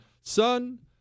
son